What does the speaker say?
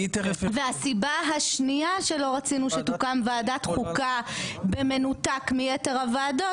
והסיבה השנייה שלא רצינו שתוקם ועדת חוקה במנותק מיתר הוועדות,